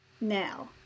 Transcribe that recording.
now